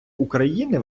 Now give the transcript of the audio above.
україни